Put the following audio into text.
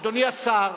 אדוני השר,